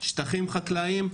שטחים חקלאיים.